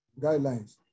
guidelines